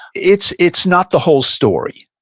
it's it's not the whole story.